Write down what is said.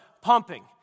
pumping